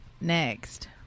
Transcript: next